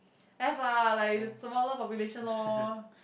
have lah like it's a smaller population lor